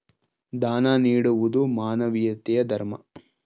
ದಾನ ನೀಡುವುದು ಮಾನವೀಯತೆಯ ಧರ್ಮ